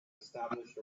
establish